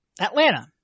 Atlanta